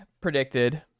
predicted